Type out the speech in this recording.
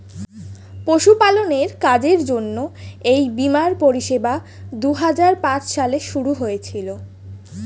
পশুপালনের কাজের জন্য এই বীমার পরিষেবা দুহাজার পাঁচ সালে শুরু হয়েছিল